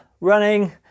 running